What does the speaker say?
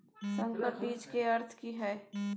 संकर बीज के अर्थ की हैय?